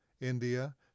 India